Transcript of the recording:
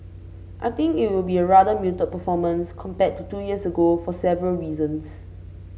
I think it will be a rather muted performance compared to two years ago for several reasons